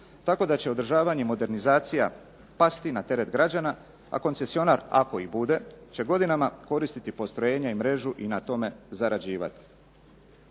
Tako da će održavanje i modernizacija pasti na teret građana, a koncesionar ako i bude će godinama koristiti postrojenja i mrežu i na tome zarađivati.